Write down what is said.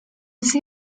see